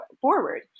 forward